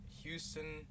Houston